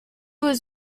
was